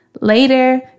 Later